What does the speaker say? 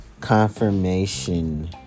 Confirmation